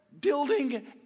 building